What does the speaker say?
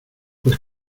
pues